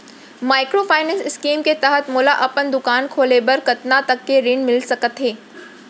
Microfinance scheme के तहत मोला अपन दुकान खोले बर कतना तक के ऋण मिलिस सकत हे?